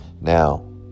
Now